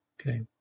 Okay